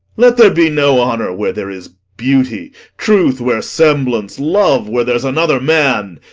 let there be no honour where there is beauty truth where semblance love where there's another man.